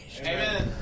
Amen